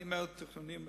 אני אומר: תכנונים,